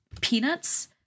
Peanuts